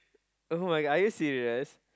[oh]-my-god are you serious